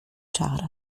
czar